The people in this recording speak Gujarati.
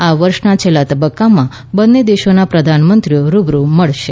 આ વર્ષના છેલ્લા તબક્કામાં બંને દેશોના પ્રધાનમંત્રીઓ રૂબરૂ મળશે